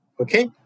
Okay